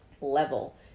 level